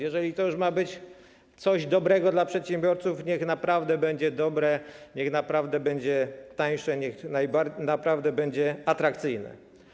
Jeżeli to już ma być coś dobrego dla przedsiębiorców, niech naprawdę będzie dobre, niech naprawdę będzie tańsze, niech naprawdę będzie atrakcyjne.